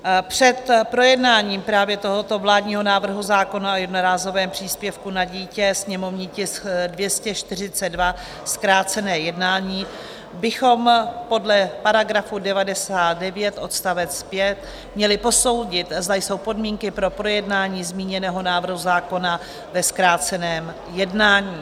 Před projednáním právě tohoto vládního návrhu zákona o jednorázovém příspěvku na dítě, sněmovní tisk 242, zkrácené jednání, bychom podle § 99 odst. 5 měli posoudit, zda jsou podmínky pro projednání zmíněného návrhu zákona ve zkráceném jednání.